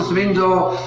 window,